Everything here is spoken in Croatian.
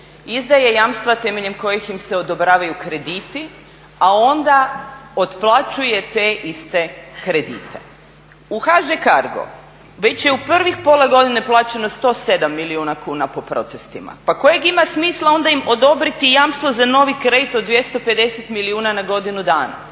izdaje jamstva temeljem kojih im se odobravaju krediti, a onda otplaćuje te iste kredite. U HŽ Cargo već je u prvih pola godine plaćeno 107 milijuna kuna po protestima. Pa kojeg ima smisla onda im odobriti jamstvo za novi kredit od 250 milijuna na godinu dana?